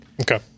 Okay